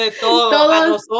todos